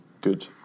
good